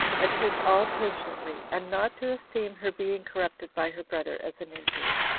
and take all patiently, and not to esteem her being corrupted by her brother as an injury.